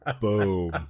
boom